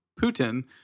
Putin